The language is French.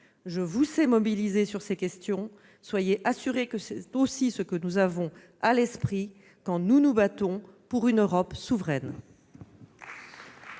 Je vous sais mobilisé sur ces questions ; soyez assuré que c'est aussi ce que nous avons à l'esprit quand nous nous battons pour une Europe souveraine.